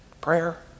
prayer